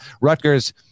Rutgers